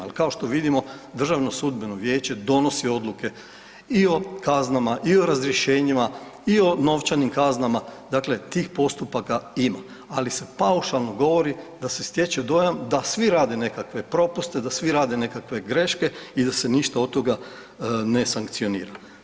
Jer kao što vidimo Državno sudbeno vijeće donosi odluke i o kaznama i o razrješenjima i o novčanim kaznama, dakle tih postupaka ima, ali se paušalno govori da se stječe dojam da svi rade nekakve propuste, da svi rade nekakve greške i da se ništa od toga ne sankcionira.